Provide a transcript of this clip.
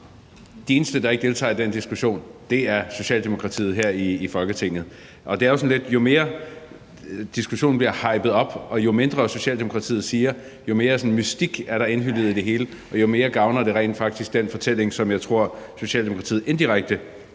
de eneste, der ikke deltager i den diskussion, er Socialdemokratiet her i Folketinget? Det er jo lidt sådan, at jo mere diskussionen bliver hypet op, og jo mindre Socialdemokratiet siger, jo mere mystik er det hele indhyllet i, og jo mere gavner det rent faktisk den fortælling, som jeg tror Socialdemokratiet indirekte